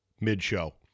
mid-show